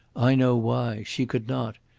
i know why. she could not.